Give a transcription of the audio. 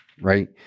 right